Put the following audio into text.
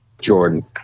Jordan